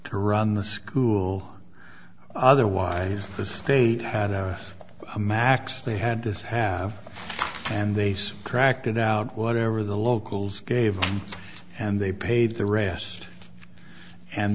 to run the school otherwise the state had a max they had to have and they tracked it out whatever the locals gave and they paid the rest and